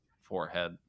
forehead